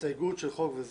היום יום שני, ד'